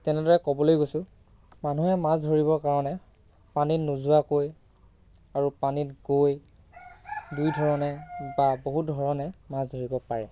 তেনেদৰে ক'বলৈ গৈছোঁ মানুহে মাছ ধৰিবৰ কাৰণে পানীত নোযোৱাকৈ আৰু পানীত গৈ দুই ধৰণে বা বহুত ধৰণে মাছ ধৰিব পাৰে